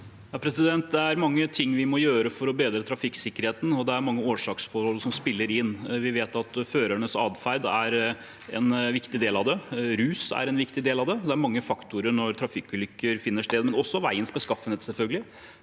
Det er mange ting vi må gjøre for å bedre trafikksikkerheten, og det er mange årsaksforhold som spiller inn. Vi vet at førernes atferd er en viktig del av det. Rus er en viktig del av det. Det er mange faktorer når trafikkulykker finner sted – også veiens beskaffenhet, selvfølgelig.